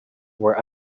were